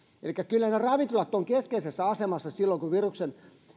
elikkä kyllä ravintolat ovat keskeisessä asemassa silloin kun viruksen